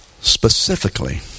specifically